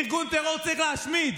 ארגון טרור צריך להשמיד.